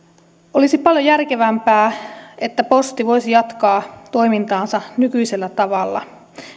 olisi paljon järkevämpää että posti voisi jatkaa toimintaansa nykyisellä tavalla